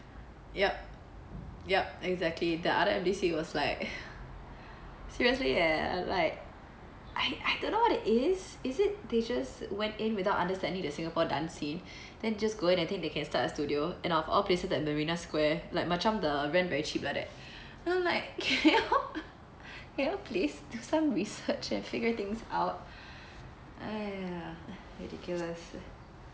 yup yup exactly the other M_D_C was like seriously eh like I I don't know what it is is it they just went in without understanding the singapore dance scene then just go in and think they can start a studio and of all places at marina square like macam the rent very cheap like that then like can yo~ can you all please do some research and figure things out !aiya! ridiculous eh